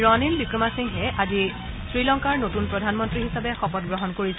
ৰনিল ৱিক্ৰমা সিংঘেই আজি শ্ৰীলংকাৰ নতুন প্ৰধানমন্ত্ৰী হিচাপে শপত গ্ৰহণ কৰিছে